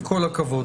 עם כל הכבוד.